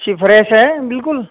اچھی فریش ہے بالکل